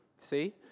See